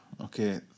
Okay